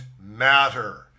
matter